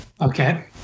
Okay